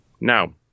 Now